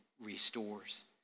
restores